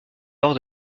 lors